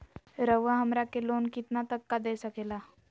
रउरा हमरा के लोन कितना तक का दे सकेला?